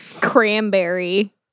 cranberry